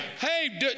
Hey